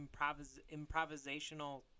improvisational